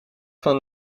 van